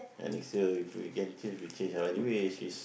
next year if we can change we change anyway she's